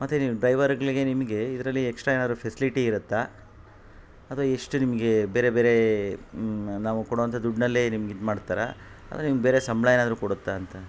ಮತ್ತು ನೀವು ಡೈವರ್ಗಳಿಗೆ ನಿಮಗೆ ಇದರಲ್ಲಿ ಎಕ್ಷ್ಟ್ರಾ ಏನಾದರು ಫೆಸ್ಲಿಟಿ ಇರುತ್ತಾ ಅಥ್ವಾ ಎಷ್ಟು ನಿಮಗೆ ಬೇರೆ ಬೇರೆ ನಾವು ಕೊಡೋವಂಥ ದುಡ್ನಲ್ಲೇ ನಿಮ್ಗೆ ಇದ್ ಮಾಡ್ತಾರಾ ಅಂದರೆ ನಿಮ್ಗೆ ಬೇರೆ ಸಂಬಳ ಏನಾದರು ಕೊಡುತ್ತ ಅಂತ